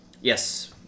Yes